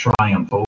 triumph